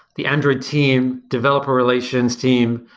the android team, developer relations team,